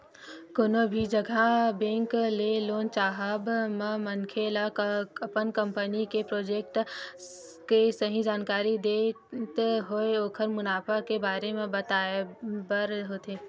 कोनो भी जघा बेंक ले लोन चाहब म मनखे ल अपन कंपनी के प्रोजेक्ट के सही जानकारी देत होय ओखर मुनाफा के बारे म बताय बर होथे